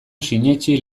sinetsi